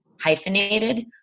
hyphenated